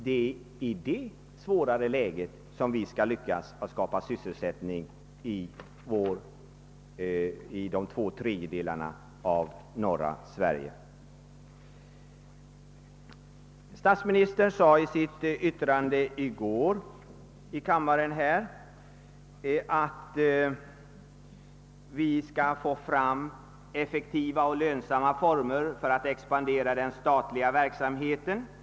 Det är i detta svåra läge som vi skall lyckas skapa sysselsättning i de norra två tredjedelarna av Sverige. Statsministern sade i går här i kammaren, att vi måste få fram effektiva och lönsamma former för att låta den statliga verksamheten expandera.